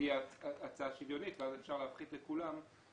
שתהיה הצעה שוויונית ואז אפשר להפחית לכולם,